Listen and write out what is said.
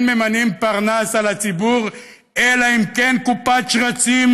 ממנים פרנס על הציבור אלא אם כן קופת שרצים,